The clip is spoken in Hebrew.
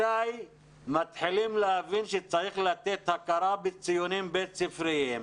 מתי יתחילו להבין שצריך לתת הכרה בציונים בית-ספריים,